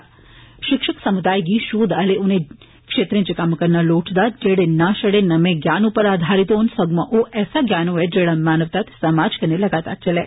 षिक्षक समुदाय गी षोध आले उनें क्षेत्र इच कम्म करना लोड़चदा जेड़े नां छड़े नमें ज्ञान उप्पर आधारित होन सगुआं ओ ऐसा ज्ञान होए जेड़ा मानवता ते समाज कन्नै लगातार चलै